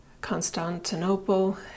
Constantinople